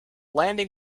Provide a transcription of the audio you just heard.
landing